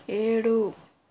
ఏడు